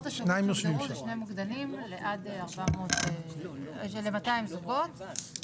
שני מוקדנים, עד 400, שזה 200 זוגות.